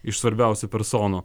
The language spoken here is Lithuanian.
iš svarbiausių personų